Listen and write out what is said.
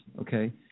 okay